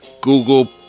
Google